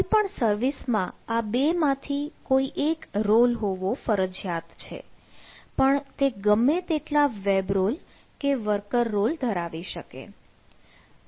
કોઈપણ સર્વિસમાં આ બે માંથી કોઈ એક રોલ હોવો ફરજિયાત છે પણ તે ગમે તેટલા વેબ રોલ કે વર્કર રોલ ધરાવી શકે